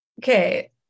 Okay